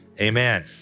Amen